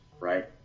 right